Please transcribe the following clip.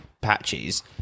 patches